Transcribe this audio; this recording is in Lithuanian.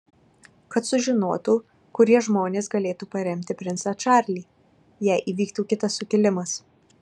kad sužinotų kurie žmonės galėtų paremti princą čarlį jei įvyktų kitas sukilimas